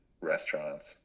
restaurants